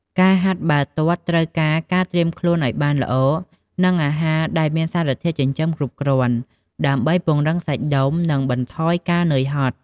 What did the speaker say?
ការហាត់បាល់ទាត់ត្រូវការការត្រៀមខ្លួនឲ្យបានល្អ និងអាហារដែលមានសារធាតុចិញ្ចឹមគ្រប់គ្រាន់ ដើម្បីពង្រឹងសាច់ដុំ និងបន្ថយការនឿយហត់។